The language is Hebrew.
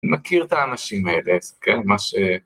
מכיר את האנשים האלה, זה כן, מה ש...